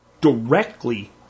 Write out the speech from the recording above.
Directly